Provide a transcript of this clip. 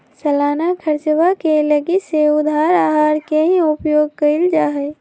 सालाना खर्चवा के लगी भी उधार आहर के ही उपयोग कइल जाहई